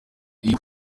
iyo